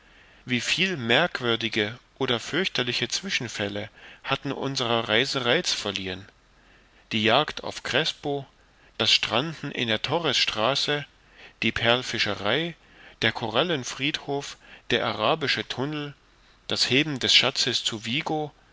viel merkwürdige oder fürchterliche zwischenfälle hatten unserer reise reiz verliehen die jagd auf crespo das stranden in der torres straße die perlfischerei der korallenfriedhof der arabische tunnel das heben des schatzes zu